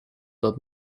dat